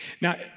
Now